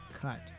cut